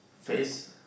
face